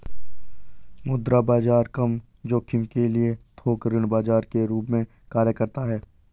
मुद्रा बाजार कम जोखिम के लिए थोक ऋण बाजार के रूप में कार्य करता हैं